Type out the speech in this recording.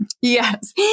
Yes